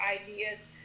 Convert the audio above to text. ideas